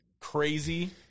crazy